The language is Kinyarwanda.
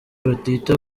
batita